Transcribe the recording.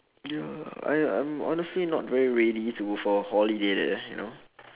ya I I'm honestly not very ready to go for a holiday leh you know